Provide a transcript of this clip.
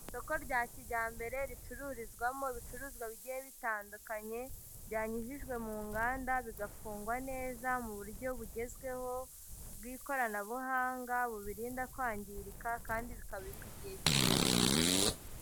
Isoko rya kijyambere ricururizwamo ibicuruzwa bigiye bitandukanye, byanyujijwe mu nganda bigafungwa neza mu buryo bugezweho bw'ikoranabuhanga bubirinda kwangirika kandi bikabikwa igihe kirekire.